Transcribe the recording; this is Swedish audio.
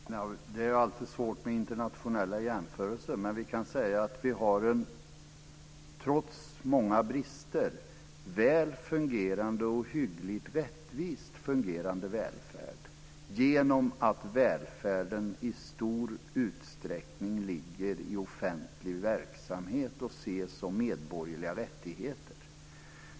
Fru talman! Det är alltid svårt med internationella jämförelser. Men trots många brister kan vi säga att vi har en väl fungerande, en hyggligt rättvist fungerande, välfärd genom att välfärden i stor utsträckning ligger i offentlig verksamhet och ses som medborgerliga rättigheter.